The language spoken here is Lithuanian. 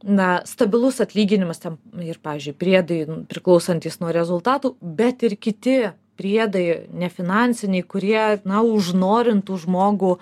na stabilus atlyginimas ten ir pavyzdžiui priedai priklausantys nuo rezultatų bet ir kiti priedai nefinansiniai kurie na užnorintų žmogų